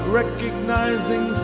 recognizing